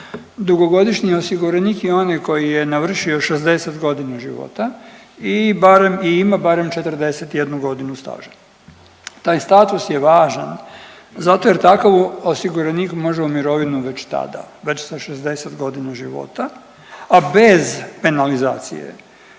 dugogodišnji osiguranik je onaj koji je navršio 60.g. života i barem i ima barem 41.g. staža. Taj status je važan zato jer takav osiguranik može u mirovinu već tada, već sa 60.g. života, a bez penalizacije